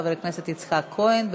חבר הכנסת יצחק כהן.